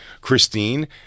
Christine